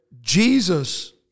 Jesus